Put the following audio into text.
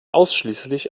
ausschließlich